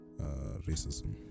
racism